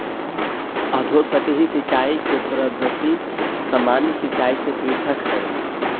अधोसतही सिंचाई के पद्धति सामान्य सिंचाई से पृथक हइ